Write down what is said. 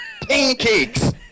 Pancakes